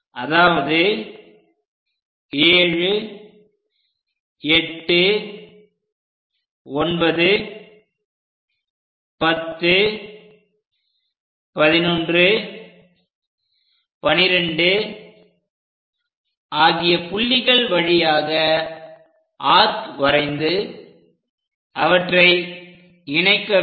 அதாவது 7 8 9 10 11 12 ஆகிய புள்ளிகள் வழியாக ஆர்க் வரைந்து அவற்றை இணைக்க வேண்டும்